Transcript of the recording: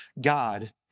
God